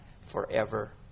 forever